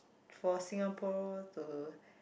for Singapore to